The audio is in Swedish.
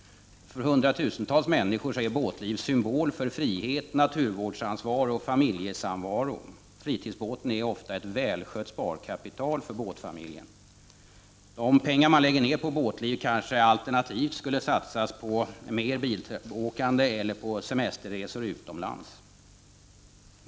För hundratusentals människor är båtliv symbolen för frihet, naturvårdsansvar och familjesamvaro. Fritidsbåten är ofta ett välskött sparkapital för båtfamiljen. De pengar man lägger ner på båtliv kanske alternativt skulle satsas på mer bilåkande eller på semesterresor utomlands.